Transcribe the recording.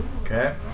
Okay